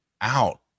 out